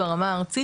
ברמה הארצית,